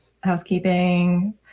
housekeeping